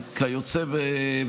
וכיוצא בזה,